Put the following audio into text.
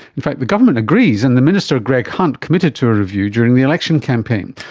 in fact the government agrees and the minister greg hunt committed to a review during the election campaign,